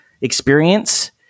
experience